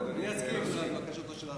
אני מסכים לבקשתו של השר.